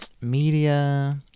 media